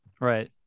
Right